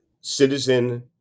citizen